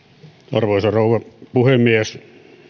arvoisa rouva puhemies